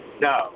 No